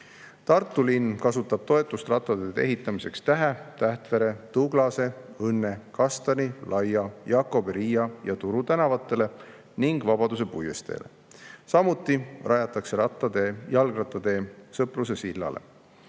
Tartu linn kasutab toetust rattateede ehitamiseks Tähe, Tähtvere, Tuglase, Õnne, Kastani, Laia, Jakobi, Riia ja Turu tänavale ning Vabaduse puiesteele. Samuti rajatakse rattatee Sõpruse sillale.